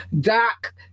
doc